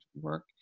work